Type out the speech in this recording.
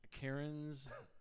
Karens